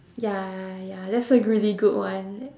ya ya ya that's a really good one